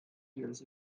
years